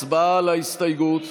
הצבעה על ההסתייגות.